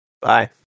Bye